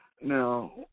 Now